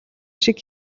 шиг